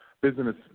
business